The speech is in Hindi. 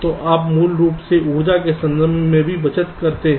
तो आप मूल रूप से ऊर्जा के संदर्भ में भी बचत करते हैं